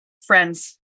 friends